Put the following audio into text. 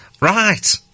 Right